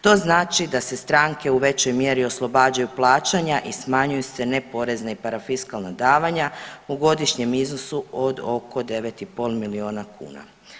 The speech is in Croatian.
To znači da se stranke u većoj mjeri oslobađaju plaćanja i smanjuju se neporezna i parafiskalna davanja u godišnjem iznosu od oko 9,5 miliona kuna.